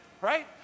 right